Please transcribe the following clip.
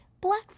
Black